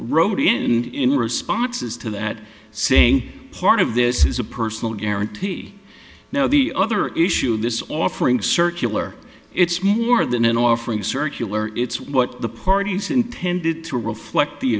and in responses to that saying part of this is a personal guarantee now the other issue this offering circular it's more than an offering circular it's what the parties intended to reflect the